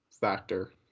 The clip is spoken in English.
factor